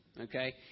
Okay